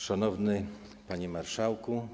Szanowny Panie Marszałku!